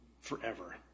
forever